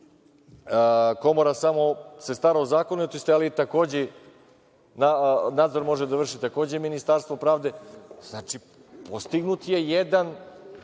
komora se samo stara o zakonitosti, ali i takođe nadzor može da vrši Ministarstvo pravde. Znači, postignut je jedan,